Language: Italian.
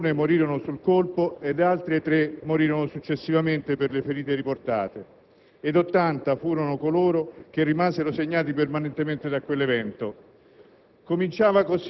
13 persone morirono sul colpo, altre 3 morirono successivamente per le ferite riportate ed 80 furono coloro che rimasero segnati permanentemente da quell'evento.